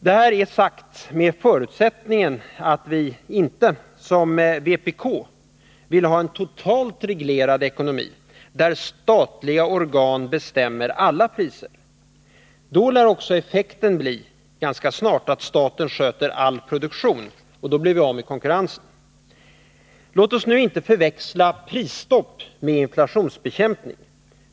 Det här är sagt under förutsättningen att vi inte, som vpk, vill ha en totalt reglerad ekonomi, där statliga organ bestämmer alla priser. Vill vi däremot ha en sådan total reglering lär effekten ganska snart bli att staten sköter all produktion, och då blir vi av med konkurrensen. Låt oss nu inte förväxla prisstopp med inflationsbekämpning.